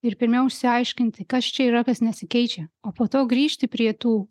ir pirmiau išsiaiškinti kas čia yra kas nesikeičia o po to grįžti prie tų